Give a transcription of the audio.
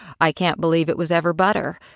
I-can't-believe-it-was-ever-butter